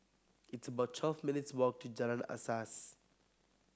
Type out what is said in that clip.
it's about twelve minutes' walk to Jalan Asas